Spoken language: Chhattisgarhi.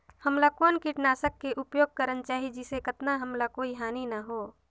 हमला कौन किटनाशक के उपयोग करन चाही जिसे कतना हमला कोई हानि न हो?